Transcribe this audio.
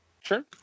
Sure